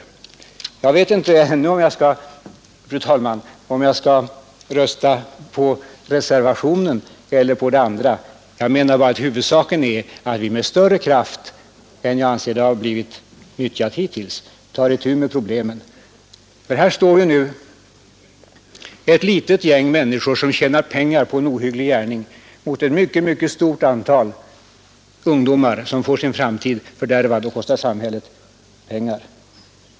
Jag vet ännu inte, fru talman, om jag skall rösta för reservationen eller för utskottets hemställan — jag anser emellertid att huvudsaken är att vi tar itu med problemet med större kraft än som har blivit nyttjad hittills. Ett litet gäng människor som tjänar pengar på en ohygglig gärning står här mot ett mycket stort antal ungdomar som får sin framtid fördärvad och som kostar samhället pengar.